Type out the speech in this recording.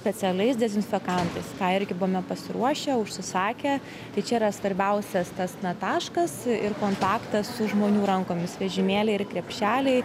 specialiais dezinfekantais tą irgi buvome pasiruošę užsisakę tai čia yra svarbiausias tas na taškas ir kontaktas su žmonių rankomis vežimėliai ir krepšeliai